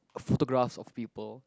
photographs of people